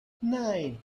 nein